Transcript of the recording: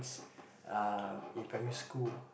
uh in primary school